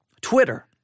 Twitter